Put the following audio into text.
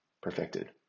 perfected